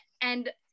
and-